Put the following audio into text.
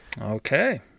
Okay